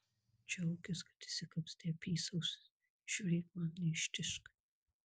džiaukis kad išsikapstei apysausis ir žiūrėk man neištižk